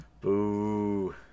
Boo